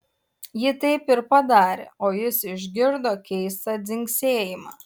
ji taip ir padarė o jis išgirdo keistą dzingsėjimą